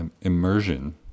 immersion